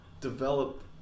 develop